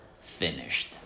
Finished